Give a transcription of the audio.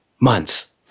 months